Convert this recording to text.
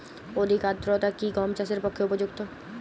অধিক আর্দ্রতা কি গম চাষের পক্ষে উপযুক্ত?